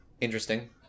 interesting